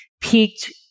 peaked